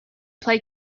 play